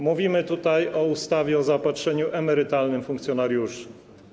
Mówimy tutaj o ustawie o zaopatrzeniu emerytalnym funkcjonariuszy.